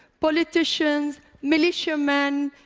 politicians, militiamen,